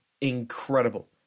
incredible